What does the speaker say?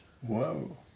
whoa